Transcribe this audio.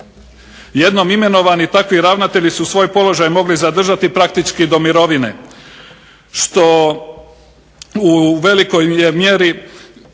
Jednom imenovani takvi ravnatelji su svoj položaj mogli zadržati praktički do mirovine što u velikoj mjeri